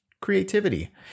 creativity